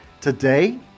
Today